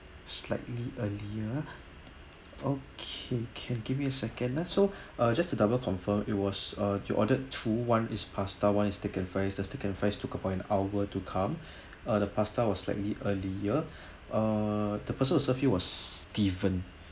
slightly earlier okay can give me a second ah so uh just to double confirm it was uh you ordered two one is pasta one is steak and fries just steak and fries took about an hour to come uh the pasta was slightly earlier uh the person who served you was steven